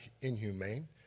inhumane